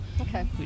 Okay